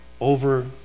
over